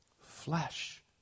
Flesh